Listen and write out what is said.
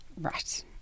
right